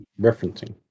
referencing